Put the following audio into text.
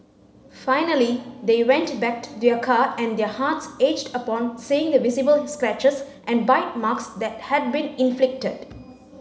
finally they went back to their car and their hearts aged upon seeing the visible scratches and bite marks that had been inflicted